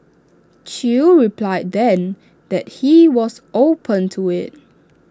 chew replied then that he was open to IT